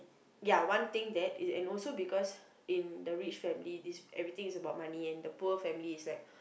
ya one thing that and also because in the rich family this everything is about money and the poor family is like